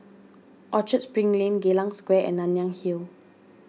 Orchard Spring Lane Geylang Square and Nanyang Hill